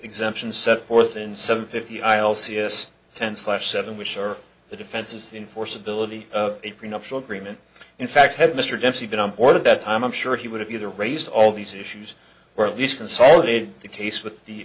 exemptions set forth in some fifty i'll see this ten slash seven which are the defenses enforceability a prenuptial agreement in fact that mr dempsey been on board at that time i'm sure he would have either raised all these issues or at least consolidate the case with the